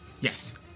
Yes